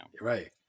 Right